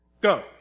Go